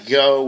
go